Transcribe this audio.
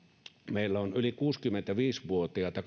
meillä on yli kuusikymmentäviisi vuotiaita